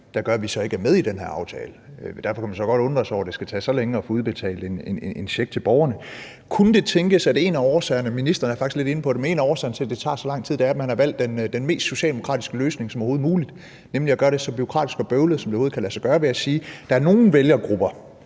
der gør, at vi så ikke er med i den her aftale. Men derfor kan man godt undre sig over, at det skal tage så lang tid at få udbetalt en check til borgerne. Kunne det tænkes, at en af årsagerne – ministeren er faktisk lidt inde på det – til, at det tager så lang tid, er, at man har valgt den mest socialdemokratiske løsning som overhovedet muligt, nemlig at gøre det så bureaukratisk og bøvlet, som det overhovedet kan lade sig gøre, ved at sige, at der er nogle vælgergrupper,